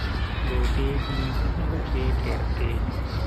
Loopeeji, be pertteeji.